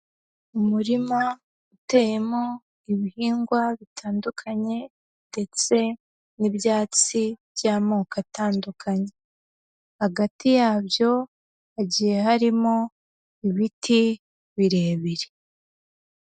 Umurima uteyemo ibihingwa bitandukanye ndetse n'ibyatsi by'amoko atandukanye, hagati yabyo hagiye harimo ibiti birebire.